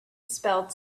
spelled